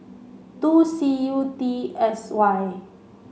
two C U T S Y